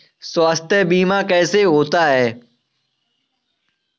स्वास्थ्य बीमा कैसे होता है?